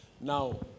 Now